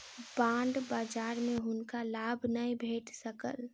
bond बजार में हुनका लाभ नै भेट सकल